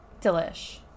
Delish